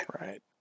Right